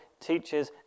teaches